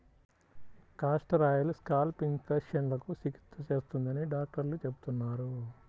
castor oil scalp ఇన్ఫెక్షన్లకు చికిత్స చేస్తుందని డాక్టర్లు చెబుతున్నారు